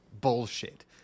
bullshit